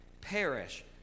perish